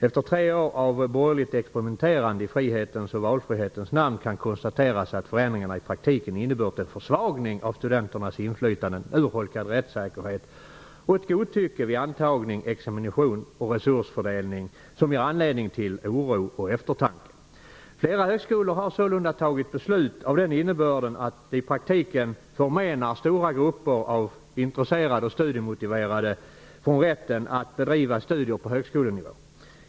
Efter tre år av borgerligt experimenterande i frihetens och valfrihetens namn kan det konstateras att förändringarna i praktiken har inneburit en försvagning av studenternas inflytande, urholkad rättssäkerhet och ett godtycke vid antagning, examination och resursfördelning som ger anledning till oro och eftertanke. Flera högskolor har sålunda fattat beslut med innebörden att det i praktiken förmenar stora grupper av intresserade och studiemotiverade rätten att bedriva studier på högskolenivå.